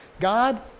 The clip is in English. God